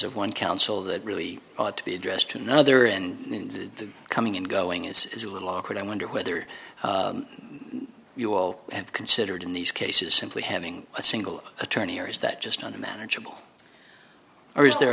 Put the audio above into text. of one council that really ought to be addressed to another and the coming and going it's a little awkward i wonder whether you all have considered in these cases simply having a single attorney or is that just on a manageable or is there